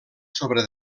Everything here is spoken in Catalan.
sobre